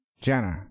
Jenna